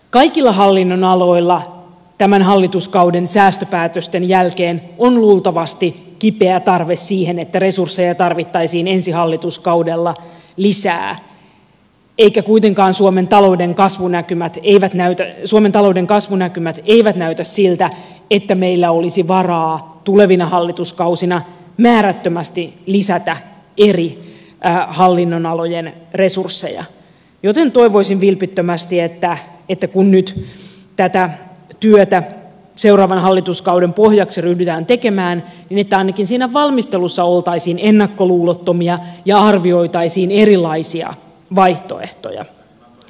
kaikilla hallinnonaloilla tämän hallituskauden säästöpäätösten jälkeen on luultavasti kipeä tarve siihen että resursseja tarvittaisiin ensi hallituskaudella lisää eivätkä kuitenkaan suomen talouden kasvunäkymät eivät näytä suomen talouden kasvunäkymät näytä siltä että meillä olisi varaa tulevina hallituskausina määrättömästi lisätä eri hallinnonalojen resursseja joten toivoisin vilpittömästi että kun nyt tätä työtä seuraavan hallituskauden pohjaksi ryhdytään tekemään niin ainakin siinä valmistelussa oltaisiin ennakkoluulottomia ja arvioitaisiin erilaisia vaihtoehtoja